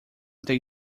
they